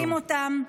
ושודדים אותן,